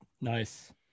Nice